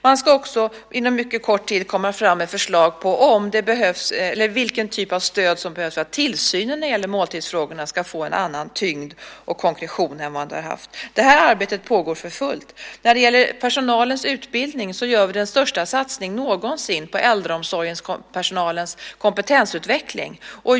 De ska också inom en mycket kort tid komma fram med förslag på vilken typ av stöd som behövs för att tillsynen när det gäller måltidsfrågorna ska få en annan tyngd och konkretion än vad de har haft. Det här arbetet pågår för fullt. När det gäller personalens utbildning gör vi den största satsningen någonsin på äldreomsorgspersonalens kompetensutveckling.